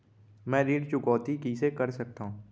मैं ऋण चुकौती कइसे कर सकथव?